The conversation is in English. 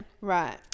Right